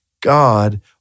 God